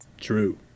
True